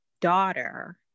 daughter